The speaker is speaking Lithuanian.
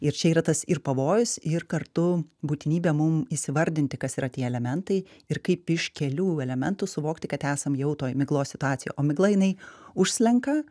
ir čia yra tas ir pavojus ir kartu būtinybė mum įsivardinti kas yra tie elementai ir kaip iš kelių elementų suvokti kad esam jau toj miglos situacijoj o migla jinai užslenka